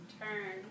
turn